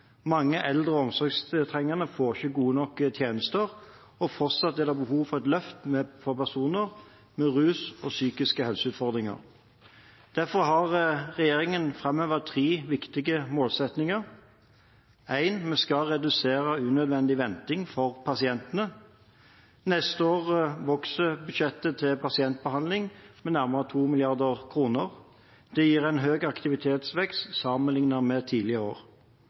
Mange eldre og omsorgstrengende får ikke gode nok tjenester, og fortsatt er det behov for et løft for personer med rusproblemer og psykiske utfordringer. Derfor har regjeringen fremhevet tre viktige målsettinger: For det første: Vi skal redusere unødvendig venting for pasientene. Neste år vokser budsjettet til pasientbehandling med nærmere 2 mrd. kr. Det gir en høy aktivitetsvekst sammenliknet med tidligere år.